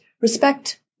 respect